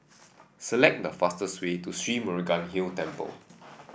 select the fastest way to Sri Murugan Hill Temple